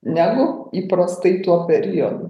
negu įprastai tuo periodu